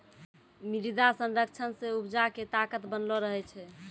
मृदा संरक्षण से उपजा के ताकत बनलो रहै छै